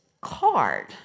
card